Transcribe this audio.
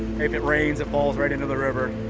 if it rains, it falls right into the river.